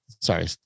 Sorry